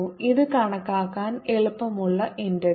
ഇത് കണക്കാക്കാൻ എളുപ്പമുള്ള ഇന്റഗ്രൽ